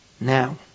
Now